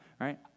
right